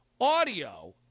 audio